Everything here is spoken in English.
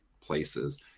places